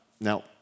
Now